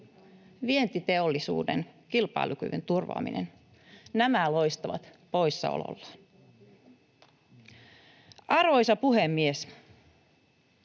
vientiteollisuuden kilpailukyvyn turvaaminen? Nämä loistavat poissaolollaan. Arvoisa puhemies!